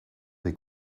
des